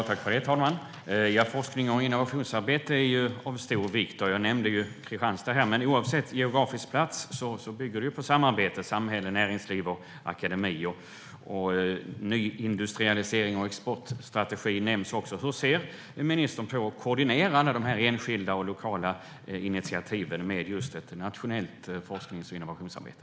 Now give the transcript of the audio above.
Herr talman! Forsknings och innovationsarbete är av stor vikt. Jag nämnde Kristianstad här, men oavsett geografisk plats bygger det på ett samarbete mellan samhälle, näringsliv och akademi. Nyindustrialisering och exportstrategi nämns också. Hur ser ministern på att koordinera alla de här enskilda och lokala initiativen med just ett nationellt forsknings och innovationsarbete?